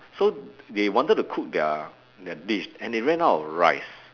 so they wanted to cook their their dish and they ran out of rice